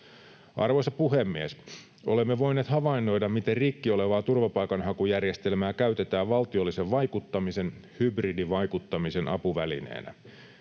Arvoisa puhemies! Olemme voineet havainnoida, miten rikki olevaa turvapaikanhakujärjestelmää käytetään valtiollisen vaikuttamisen, hybridivaikuttamisen, apuvälineenä.